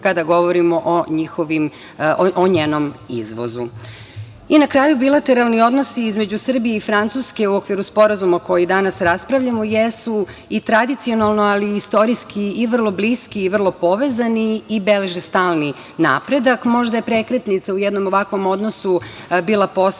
kada govorimo o njenom izvozu. Na kraju, bilateralni odnosi između Srbije i Francuske u okviru sporazuma o kojem danas raspravljamo jesu i tradicionalno, ali i istorijski i vrlo bliski i vrlo povezani i beleže stalni napredak. Možda je prekretnica u jednom ovakvom odnosu bila poseta